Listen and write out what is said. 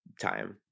time